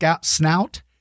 snout